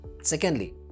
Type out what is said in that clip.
Secondly